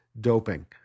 doping